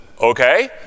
okay